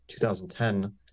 2010